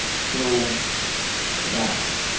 so vast,